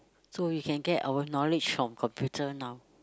so you can get our knowledge from computer now